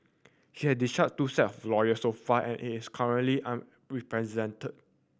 she has discharged two set of lawyer so far and is currently unrepresented